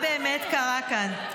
מה באמת קרה כאן?